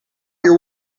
your